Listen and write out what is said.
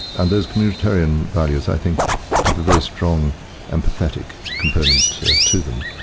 and those communitarian values i think have a very strong empathetic component to them.